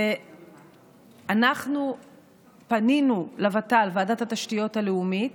אנחנו פנינו לוות"ל, ועדת התשתיות הלאומית,